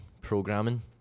programming